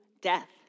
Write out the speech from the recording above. death